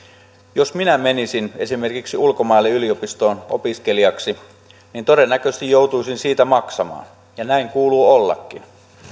jos minä menisin esimerkiksi ulkomaille yliopistoon opiskelijaksi niin todennäköisesti joutuisin siitä maksamaan ja näin kuuluu ollakin